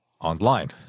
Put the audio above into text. online